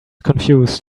confused